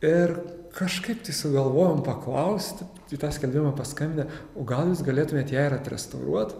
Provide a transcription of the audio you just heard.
ir kažkaip tai sugalvojom paklausti į tą skelbimą paskambinę o gal jūs galėtumėt ją ir atrestauruot